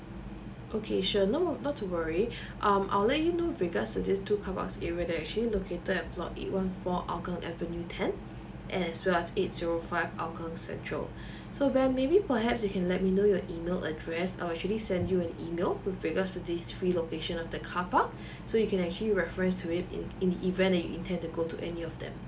okay sure no uh not to worry um I'll let you know regards to this two car park area that is actually located at block eight one four hougang avenue ten and as well as eight zero five hougang central so ben maybe perhaps you can let me know your email address I'll actually send you an email to with regards these three location of the car park so you can actually reference to it in in the event that you intend to go to any of them